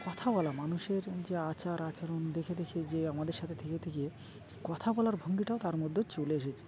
কথা বলা মানুষের যে আচার আচরণ দেখে দেখে যে আমাদের সাথে থেকে থেকে কথা বলার ভঙ্গিটাও তার মধ্যে চলে এসেছে